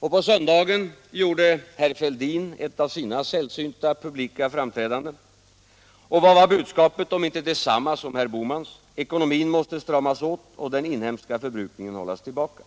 Och på söndagen gjorde herr Fälldin ett av sina sällsynta publika framträdanden. Och vad var budskapet om inte detsamma som herr Bohmans — ekonomin måste stramas åt och den inhemska förbrukningen hållas tillbaka.